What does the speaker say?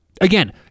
Again